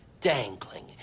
dangling